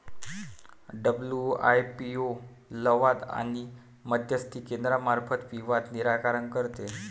WIPO लवाद आणि मध्यस्थी केंद्रामार्फत विवाद निराकरण करते